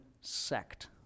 sect